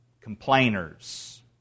Complainers